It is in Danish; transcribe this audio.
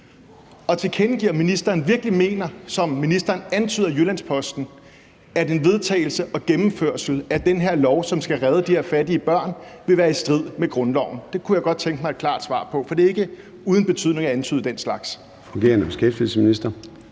fungerende minister virkelig mener, som den fungerende minister antyder i Jyllands-Posten, at en vedtagelse og gennemførelse af det her lovforslag, som skal redde de her fattige børn, vil være i strid med grundloven. Det kunne jeg godt tænke mig et klart svar på, for det er ikke uden betydning at antyde den slags. Kl. 13:11 Formanden